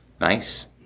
Nice